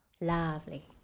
Lovely